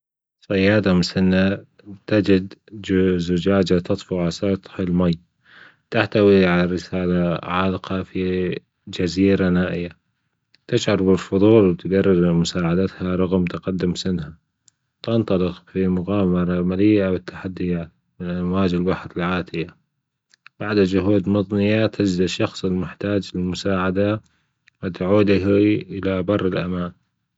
صيادة مسنة تجد زجاجة تطفو على سطح الماي تحتوي على رسالة عالقة في جزيزة نائية تشعر بالفضول وتجرر مساعدتها رغم تقدم سنها تنطلق في مغامرة مليئة بالتحديات من أمواج البحر العاتية بعد جهود مضنية تجد الشخص المحتاج للمساعدة وتعود به إلى بر الأمان